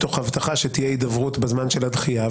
תוך הבטחה שתהיה הידברות בזמן של הדחייה.